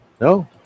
no